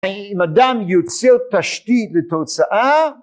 אם אדם יוצר תשתית בתוצאה